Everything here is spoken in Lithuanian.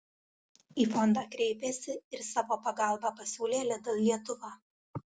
į fondą kreipėsi ir savo pagalbą pasiūlė lidl lietuva